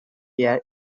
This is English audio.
year